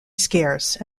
scarce